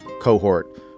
cohort